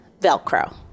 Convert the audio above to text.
Velcro